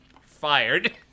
Fired